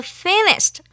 thinnest